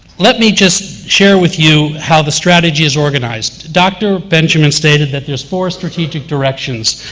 let me just share with you how the strategy is organize. dr. benjamin stated that there's four strategic directions,